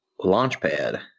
Launchpad